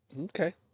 Okay